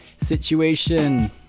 situation